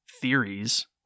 Theories